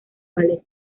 ballet